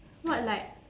what light